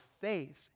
faith